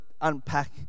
unpack